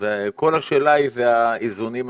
וכל השאלה היא זה האיזונים הנכונים.